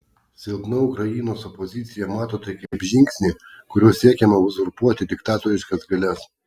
silpna ukrainos opozicija mato tai kaip žingsnį kuriuo siekiama uzurpuoti diktatoriškas galias